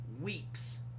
weeks